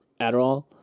adderall